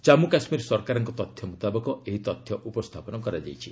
ଜମ୍ମୁ କାଶ୍କୀର ସରକାରଙ୍କ ତଥ୍ୟ ମ୍ରତାବକ ଏହି ତଥ୍ୟ ଉପସ୍ଥାପନ କରାଯାଇଛି